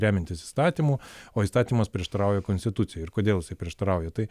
remiantis įstatymu o įstatymas prieštarauja konstitucijai ir kodėl jisai prieštarauja tai